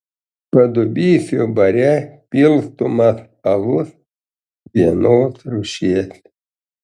padubysio bare pilstomas alus vienos rūšies